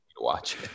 watch